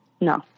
No